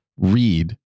read